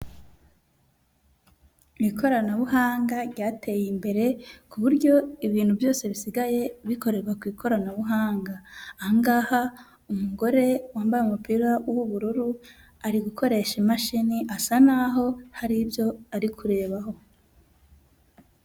Ikoranabuhanga ryateye imbere ku buryo ibintu byose bisigaye bikorerwa ku ikoranabuhanga, aha ngaha umugore wambaye umupira w'ubururu ari gukoresha imashini asa naho hari ibyo ari kurebaho.